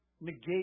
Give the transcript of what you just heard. negate